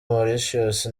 mauritius